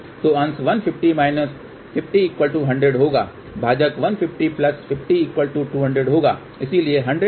तो अंश 150 50 100 होगा भाजक 150 50 200 होगा इसलिए 100200 ½